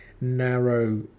narrow